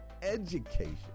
education